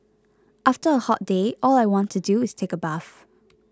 after a hot day all I want to do is take a bath